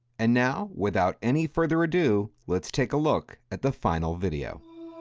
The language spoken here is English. and now, without any further ado, let's take a look at the final video.